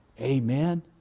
Amen